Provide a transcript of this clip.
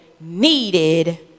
needed